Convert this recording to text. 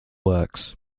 works